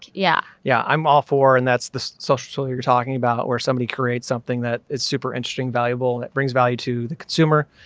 yeah, yeah. i'm all for, and that's the social circle you're talking about where somebody creates something that is super interesting, valuable that brings value to the consumer.